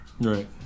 Right